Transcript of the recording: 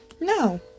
No